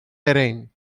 terrain